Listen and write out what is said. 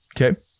Okay